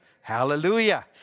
Hallelujah